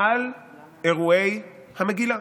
על אירועי המגילה.